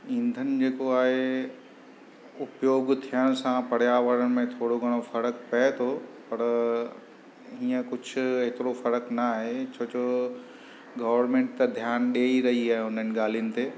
ईंधनि जेको आहे उपयोग थियण सां पर्यावरण में थोरो घणो फ़र्क़ु पिए थो पर इअं कुझु एतिरो फ़र्क़ु न आहे छो जो गवरमेंट त ध्यानु ॾेई रही आहे उन्हनि ॻाल्हियुनि ते